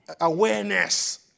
awareness